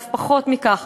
ואף פחות מכך,